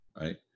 right